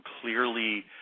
clearly